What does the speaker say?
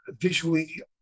visually